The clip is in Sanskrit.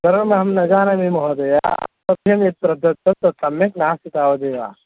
सर्वमहं न जानामि महोदय तस्मिन् यत् प्रदत्तं तत् सम्यक् नास्ति तावदेव